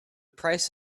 price